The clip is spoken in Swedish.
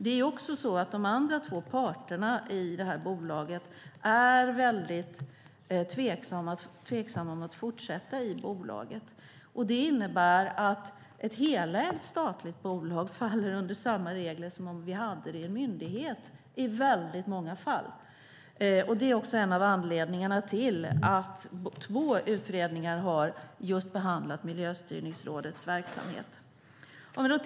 De andra två parterna är dock väldigt tveksamma till att fortsätta i bolaget, och ett helägt statligt bolag faller under samma regler som en myndighet i väldigt många fall. Det är en av anledningarna till att två utredningar har behandlat Miljöstyrningsrådets verksamhet.